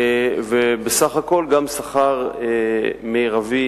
בסך הכול גם שכר מרבי